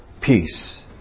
Peace